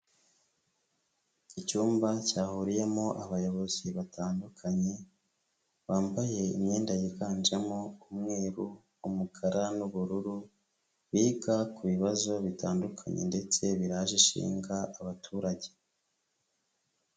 Icyumba cyahuriyemo abayobozi batandukanye, bambaye imyenda yiganjemo umweru, umukara n'ubururu, biga ku bibazo bitandukanye ndetse biraje ishinga abaturage.